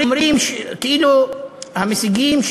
אומרים המשיגים,